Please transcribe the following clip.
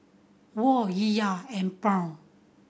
Won Riyal and Pound